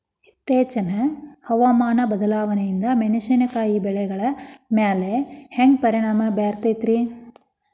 ಇತ್ತೇಚಿನ ಹವಾಮಾನ ಬದಲಾವಣೆಯಿಂದ ಮೆಣಸಿನಕಾಯಿಯ ಬೆಳೆಗಳ ಮ್ಯಾಲೆ ಹ್ಯಾಂಗ ಪರಿಣಾಮ ಬೇರುತ್ತೈತರೇ?